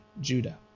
Judah